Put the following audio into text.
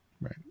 Right